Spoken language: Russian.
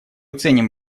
ценим